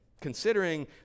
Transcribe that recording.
considering